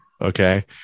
Okay